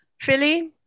Philly